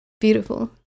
beautiful